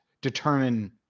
determine